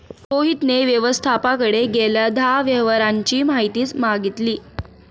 रोहितने व्यवस्थापकाकडे गेल्या दहा व्यवहारांची माहिती मागितली